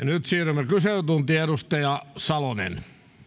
nyt siirrymme kyselytuntiin edustaja salonen